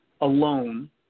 alone